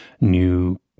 new